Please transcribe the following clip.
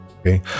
okay